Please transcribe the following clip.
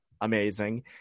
amazing